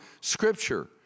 scripture